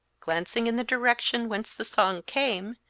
glancing in the direction whence the song came,